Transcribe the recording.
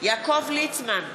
יעקב ליצמן, נגד